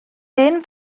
hen